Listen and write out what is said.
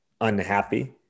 unhappy